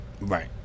Right